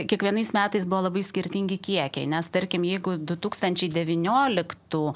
kiekvienais metais buvo labai skirtingi kiekiai nes tarkim jeigu du tūkstančiai devynioliktų